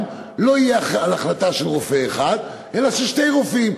לא תהיה החלטה של רופא אחד אלא של שני רופאים,